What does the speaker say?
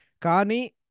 Kani